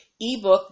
ebook